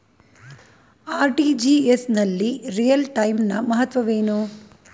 RTGS ನಲ್ಲಿ real time ನ ಮಹತ್ವವೇನು?